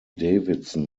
davidson